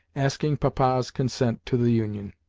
asking papa's consent to the union.